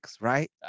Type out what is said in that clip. right